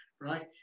right